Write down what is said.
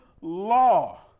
law